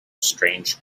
strange